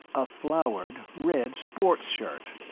a flowered red sports shirt.